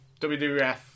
WWF